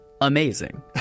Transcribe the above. amazing